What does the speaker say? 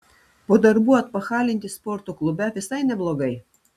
po darbų atpachalinti sporto klube visai neblogai